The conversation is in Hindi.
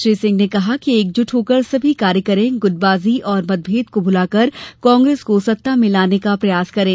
उन्होंने कहां कि एकजुट होकर सभी कार्य करे गुटबाजी और मतभेद को भुला कर कांग्रेस को सत्ता मे लाने प्रयास करे